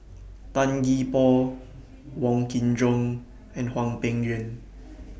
Tan Gee Paw Wong Kin Jong and Hwang Peng Yuan